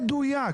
מדויק.